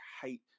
hate